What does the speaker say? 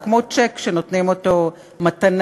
הוא כמו צ'ק שנותנים אותו מתנה,